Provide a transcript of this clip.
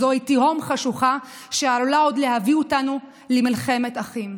זוהי תהום חשוכה שעלולה עוד להביא אותנו למלחמת אחים.